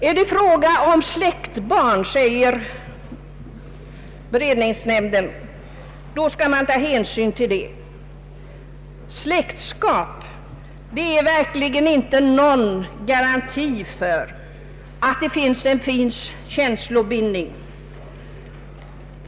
Är det fråga om släktbarn, säger beredningsutskottet, skall man ta hänsyn till detta. Släktskap är emellertid inte någon garanti för att det finns en känslobindning.